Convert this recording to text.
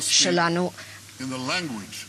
our people let me now speak in the language of our people.